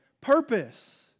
purpose